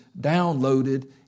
downloaded